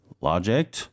Logic